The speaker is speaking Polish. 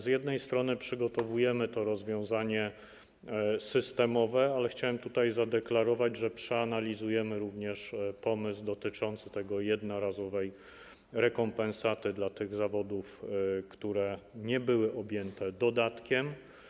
Z jednej strony przygotowujemy rozwiązania systemowe, ale chciałem zadeklarować, że przeanalizujemy również pomysł dotyczący jednorazowej rekompensaty dla przedstawicieli zawodów, które nie były objęte dodatkiem.